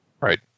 Right